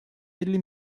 elli